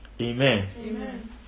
Amen